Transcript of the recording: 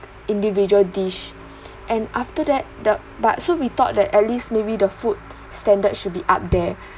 individual dish and after that the but so we thought that at least maybe the food standard should be up there